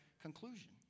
conclusion